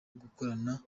gukorana